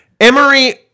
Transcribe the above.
Emory